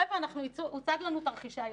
חבר'ה, הוצגו לנו תרחישי הייחוס.